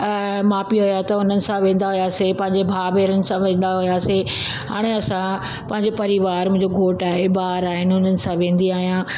अ माउ पीउ हुया त उन्हनि सां वेंदा हुआसीं पांजे भाउ भेनरुनि सां वेंदा हुआसीं हाणे असां पंहिंजे परिवार मुंहिंजो घोटु आहे ॿार आहिनि उन्हनि सां वेंदी आहियां